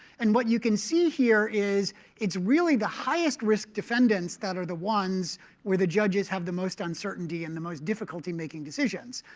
and what you can see here is it's really the highest-risk defendants that are the ones where the judges have the most uncertainty and the most difficulty making decisions.